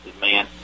man